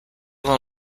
will